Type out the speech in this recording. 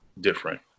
different